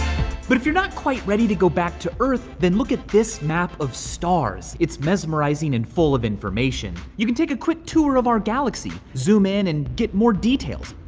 but if you're not quite ready to go back to earth then look at this map of stars. it's mesmerising and full of information. you can take a quick tour of our galaxy. zoom in and get more details.